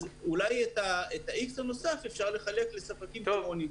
אז אולי את האיקס הנוסף אפשר לחלק לספקים כמוני.